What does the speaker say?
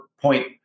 point